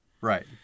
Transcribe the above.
right